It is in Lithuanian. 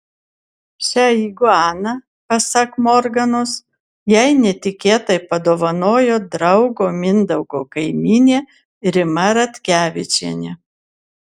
šią iguaną pasak morganos jai netikėtai padovanojo draugo mindaugo kaimynė rima ratkevičienė